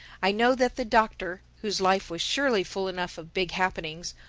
i know that the doctor, whose life was surely full enough of big happenings,